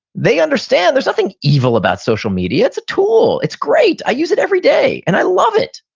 they understand, there's nothing evil about social media. it's a tool. it's great. i use it every day, and i love it.